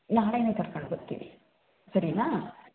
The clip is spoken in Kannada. ನಾಳೆನೇ ಕರ್ಕಂಡು ಬರ್ತೀವಿ ಸರಿನಾ